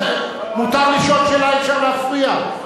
מותר לשאול שאלה, אי-אפשר להפריע.